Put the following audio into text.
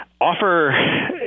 offer